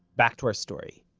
back to our story.